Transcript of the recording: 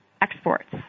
exports